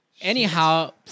Anyhow